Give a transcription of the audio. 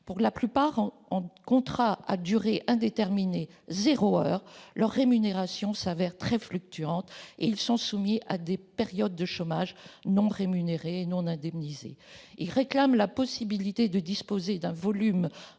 La plupart ayant un contrat à durée indéterminée « zéro heure », leur rémunération se révèle très fluctuante et ils sont soumis à des périodes de chômage non rémunérées et non indemnisées. Ces professionnels réclament la possibilité de disposer d'un volume